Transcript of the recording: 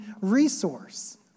resource